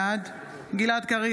בעד גלעד קריב,